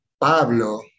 Pablo